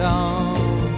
on